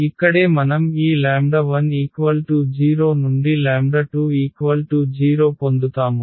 ఇక్కడే మనం ఈ 1 0 నుండి 2 0 పొందుతాము